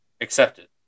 accepted